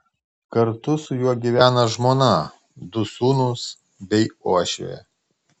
kartu su juo gyvena žmona du sūnūs bei uošvė